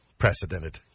precedented